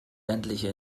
ländliche